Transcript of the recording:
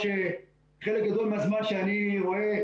שחלק גדול מהזמן שאני רואה,